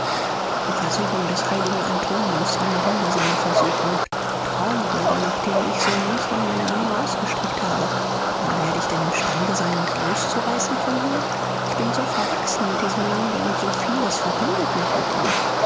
die versuchung des heiligen antonius eine wundersame versuchung traumbilder nach denen ich so manchmal meine arme ausgestreckt habe aber werde ich denn imstande sein mich loszureißen von hier ich bin so verwachsen mit diesem lande und so vieles verbindet mich mit ihm